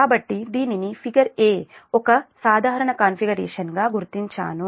కాబట్టి దీనిని figure A ఒక సాధారణ కాన్ఫిగరేషన్ గా గుర్తించాను